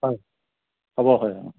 হয় হ'ব হয় অ